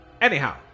Anyhow